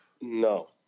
No